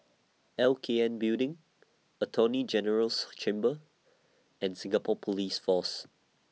L K N Building Attorney General's Chambers and Singapore Police Force